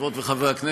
חברות וחברי הכנסת,